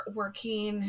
working